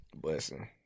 Blessing